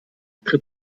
tritt